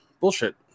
bullshit